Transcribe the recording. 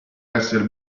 esser